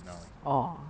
ah